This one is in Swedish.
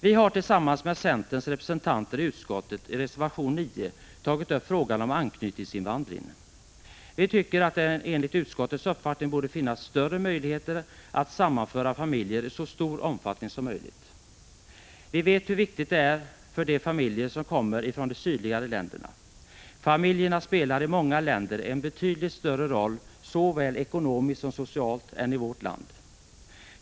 Vi har tillsammans med centerns representanter i utskottet i reservation 9 tagit upp frågan om anknytningsinvandringen. Vi tycker att det borde finnas bättre möjligheter än nu att sammanföra familjer i stor omfattning. Vi vet hur viktigt det är för de familjer som kommer från de sydligare länderna. Familjen spelar i många länder en betydligt större roll såväl ekonomiskt som socialt än i vårt land.